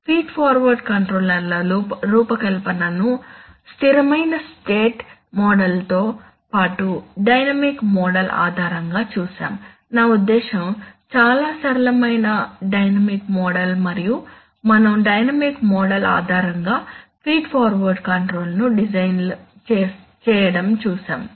feed forward కంట్రోలర్ల రూపకల్పనను స్థిరమైన స్టేట్ మోడల్తో పాటు డైనమిక్ మోడల్ ఆధారంగా చూశాము నా ఉద్దేశ్యం చాలా సరళమైన డైనమిక్ మోడల్ మరియు మనం డైనమిక్ మోడల్ ఆధారంగా ఫీడ్ ఫార్వర్డ్ కంట్రోలర్ ను డిజైన్ చేయడం చూశాము